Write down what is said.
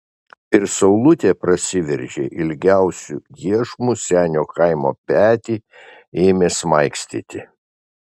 ir saulutė prasiveržė ilgiausiu iešmu senio chaimo petį ėmė smaigstyti